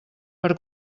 per